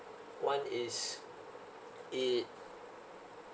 and one is it